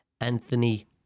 Anthony